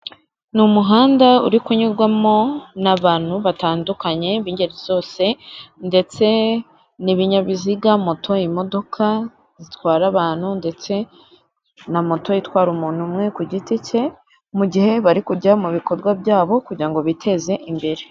Ni umuhanda uri kunyurwamo n'abantu batandukanye b'ingeri zose, ndetse n'ibinyabiziga moto, imodoka zitwara abantu, ndetse na moto itwara umuntu umwe ku giti cye, mugihe bari kujya mu bikorwa byabo kugira ngo biteze imbere.